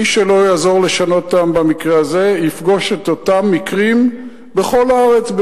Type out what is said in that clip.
מי שלא יעזור לשנות אותם במקרה הזה יפגוש את אותם מקרים בכל הארץ,